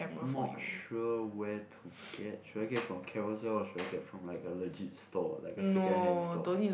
not sure where to get should I get from Carousell or should I get from like a legit store like a second hand store